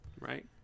Right